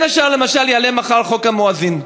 בין השאר, למשל, יעלה מחר חוק המואזין.